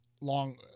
long